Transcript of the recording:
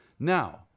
Now